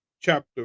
chapter